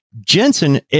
Jensen